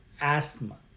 asthma